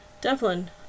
Devlin